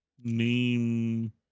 name